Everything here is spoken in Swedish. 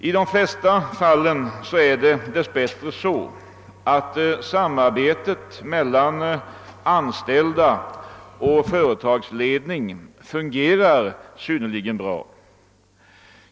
I de allra flesta fall är det dess bättre så att samarbetet mellan anställda och företagsledning fungerar synnerligen bra.